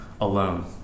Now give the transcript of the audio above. alone